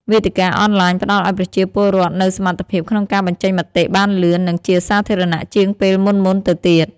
វេទិកាអនឡាញផ្តល់ឱ្យប្រជាពលរដ្ឋនូវសមត្ថភាពក្នុងការបញ្ចេញមតិបានលឿន និងជាសាធារណៈជាងពេលមុនៗទៅទៀត។